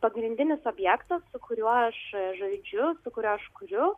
pagrindinis objektas su kuriuo aš žaidžiu su kuriuo aš kuriu